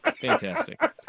Fantastic